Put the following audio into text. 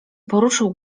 poruszył